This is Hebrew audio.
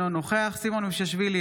אינו נוכח סימון מושיאשוילי,